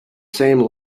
same